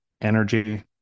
energy